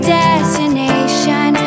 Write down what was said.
destination